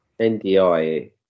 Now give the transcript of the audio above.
NDI